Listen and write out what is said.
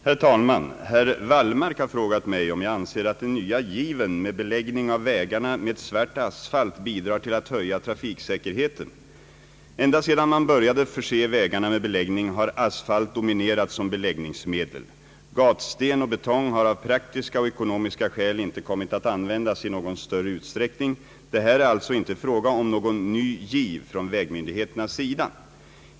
Herr talman! Herr Wallmark har frågat mig om jag anser att den nya given med beläggning av vägarna med svart asfalt bidrar till att höja trafiksäkerheten. Ända sedan man började förse vägarna med beläggning har asfalt dominerat som beläggningsmedel. Gatsten och betong har av praktiska och ekonomiska skäl inte kommit att användas i någon större utsträckning. Det är här alltså inte fråga om någon ny giv från vägmyndigheternas sida.